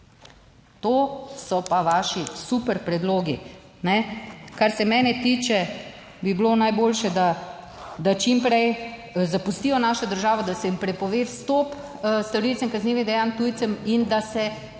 To so pa vaši super predlogi. Kar se mene tiče, bi bilo najboljše, da čim prej zapustijo našo državo, da se jim prepove vstop storilcem kaznivih dejanj, tujcem, in da nimamo